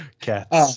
cats